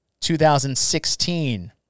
2016